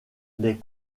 les